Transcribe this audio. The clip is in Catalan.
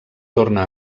torna